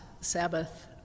Sabbath